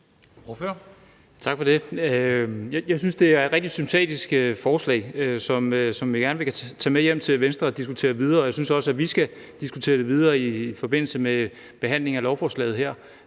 Tak for det. Jeg synes, det er et rigtig sympatisk forslag, som jeg gerne vil tage med hjem til Venstre og diskutere videre. Jeg synes også, at vi skal diskutere det videre i forbindelse med behandlingen af lovforslaget her.